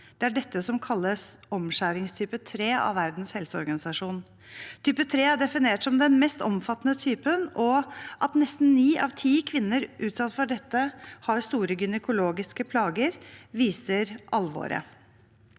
Det er dette som kalles omskjæring type 3 av Verdens helseorganisasjon. Type 3 er definert som den mest omfattende typen. At nesten ni av ti kvinner utsatt for dette har store gynekologiske plager, viser alvoret.